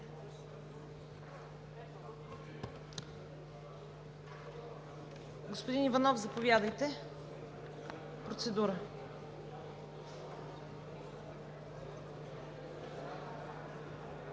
Господин Иванов, заповядайте за процедура.